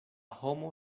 homo